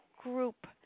group